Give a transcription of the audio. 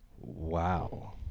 Wow